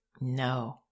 no